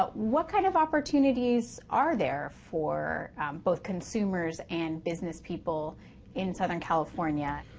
but what kind of opportunities are there for both consumers and business people in southern california?